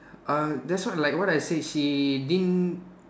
uh that's what like what I say she didn't